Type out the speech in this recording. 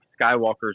Skywalker's